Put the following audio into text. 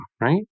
right